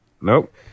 nope